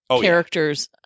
characters